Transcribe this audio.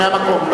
מהמקום?